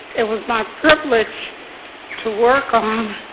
it was my privilege to work on